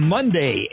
Monday